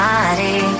Body